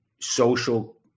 social